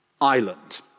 Island